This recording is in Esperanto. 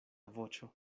voĉo